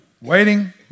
waiting